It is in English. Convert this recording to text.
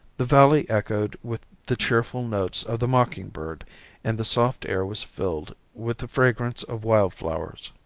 the valley echoed with the cheerful notes of the mocking bird and the soft air was filled with the fragrance of wild flowers.